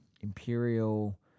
Imperial